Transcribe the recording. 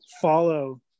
follow